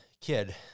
kid